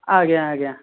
ଆଜ୍ଞା ଆଜ୍ଞା